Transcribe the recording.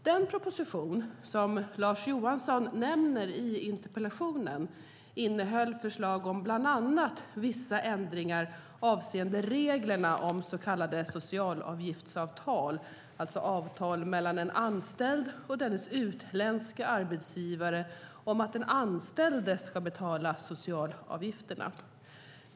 Den proposition som Lars Johansson nämner i interpellationen innehöll förslag om bland annat vissa ändringar avseende reglerna om så kallade socialavgiftsavtal, alltså avtal mellan en anställd och dennes utländske arbetsgivare om att den anställde ska betala socialavgifterna.